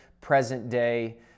present-day